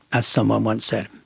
as someone once said.